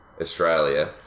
Australia